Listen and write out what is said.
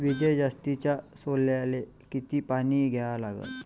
विजय जातीच्या सोल्याले किती पानी द्या लागन?